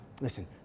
listen